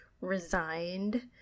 resigned